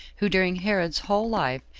who, during herod's whole life,